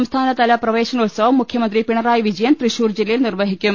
സംസ്ഥാനതല പ്രവേശനോത്സവം മുഖ്യമന്ത്രി പിണറായി വിജയൻ തൃശൂർ ജില്ലയിൽ നിർവ്വഹിക്കും